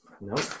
No